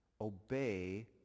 Obey